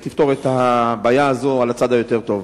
לפתור את הבעיה הזאת על הצד הטוב ביותר.